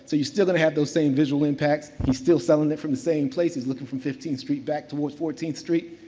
so, you're still going to have those same visual impacts. he's still selling it from the same place as looking from fifteenth street, back towards fourteenth street.